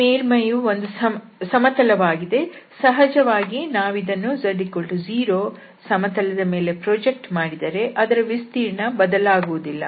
ಈ ಮೇಲ್ಮೈಯು ಒಂದು ಸಮತಲವಾಗಿದೆ ಸಹಜವಾಗಿ ನಾವಿದನ್ನು z0 ಸಮತಲದ ಮೇಲೆ ಪ್ರಾಜೆಕ್ಟ್ ಮಾಡಿದರೆ ಅದರ ವಿಸ್ತೀರ್ಣ ಬದಲಾಗುವುದಿಲ್ಲ